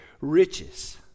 riches